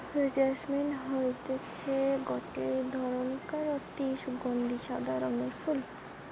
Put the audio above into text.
jasmine হতিছে গটে ধরণকার অতি সুগন্ধি সাদা রঙের ফুল